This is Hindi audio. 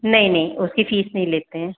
नहीं नहीं उसकी फीस नहीं लेते हैं